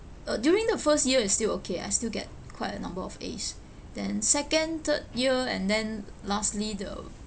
uh during the first year is still okay I still get quite a number of As then second third year and then lastly the